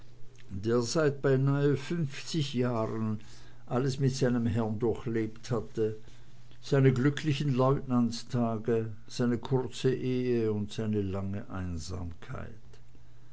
der seit beinahe fünfzig jahren alles mit seinem herrn durchlebt hatte seine glücklichen leutnantstage seine kurze ehe und seine lange einsamkeit